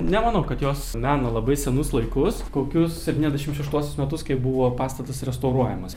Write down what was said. nemanau kad jos meno labai senus laikus kokius septyniasdešim šeštuosius metus kai buvo pastatas restauruojamas